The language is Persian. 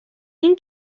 این